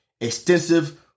extensive